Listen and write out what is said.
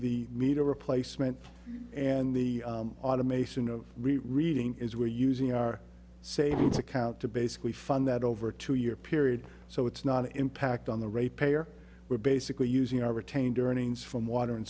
of replacement and the automation of reading is we're using our savings account to basically fund that over a two year period so it's not an impact on the rate payer we're basically using our retained earnings from water and